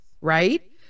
right